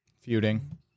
Feuding